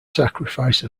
sacrifice